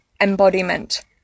embodiment